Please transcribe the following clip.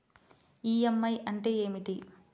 EMI అంటే ఏమిటి?